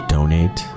Donate